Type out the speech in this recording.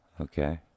Okay